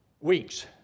weeks